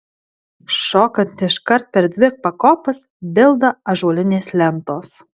šokant iškart per dvi pakopas bilda ąžuolinės lentos